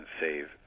save